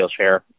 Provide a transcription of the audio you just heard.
Skillshare